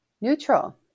neutral